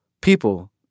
people